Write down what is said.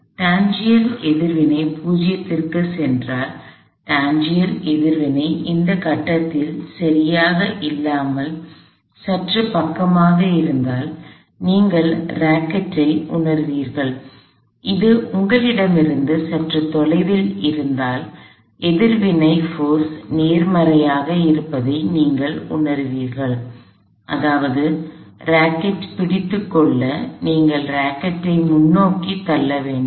tangential எதிர்வினை 0 க்கு சென்றால் டான்ஜென்ஷியல் எதிர்வினை இந்த கட்டத்தில் சரியாக இல்லாமல் சற்று பக்கமாக இருந்தால் நீங்கள் ராக்கெட் ஐ உணருவீர்கள் அது உங்களிடமிருந்து சற்று தொலைவில் இருந்தால் எதிர்வினை சக்தி நேர்மறையாக இருப்பதை நீங்கள் உணருவீர்கள் அதாவது ராக்கெட் பிடித்து கொள்ள நீங்கள் ராக்கெட் ஐ முன்னோக்கி தள்ள வேண்டும்